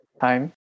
time